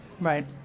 Right